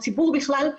הציבור בכלל,